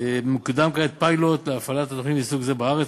מקודם כעת פיילוט להפעלת תוכנית מסוג זה בארץ,